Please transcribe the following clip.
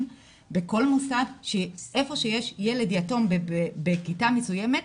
בכל מוסד שאיפה שיש ילד יתום בכיתה מסוימת,